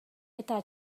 eta